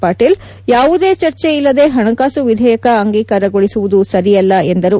ಪಾಟೀಲ್ ಯಾವುದೇ ಚರ್ಚೆ ಇಲ್ಲದೆ ಹಣಕಾಸು ವಿಧೇಯಕ ಅಂಗೀಕಾರಗೊಳಿಸುವುದು ಸರಿಯಲ್ಲ ಎಂದರು